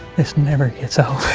this never gets old.